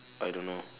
I don't know